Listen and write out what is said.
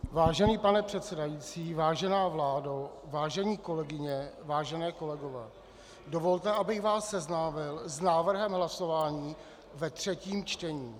Vážený pane předsedající, vážená vládo, vážené kolegyně, vážení kolegové, dovolte, abych vás seznámil s návrhem hlasování ve třetím čtení.